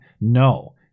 No